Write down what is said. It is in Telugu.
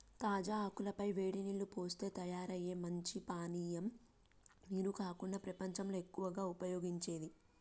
తాజా ఆకుల పై వేడి నీల్లు పోస్తే తయారయ్యే మంచి పానీయం నీరు కాకుండా ప్రపంచంలో ఎక్కువగా ఉపయోగించేది